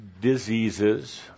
diseases